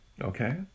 okay